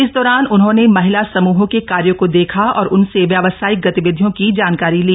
इस दौरान उन्होंने महिला समूहों के कार्यो को देखा और उनसे व्यावसायिक गतिविधियों की जानकारी ली